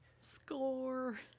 score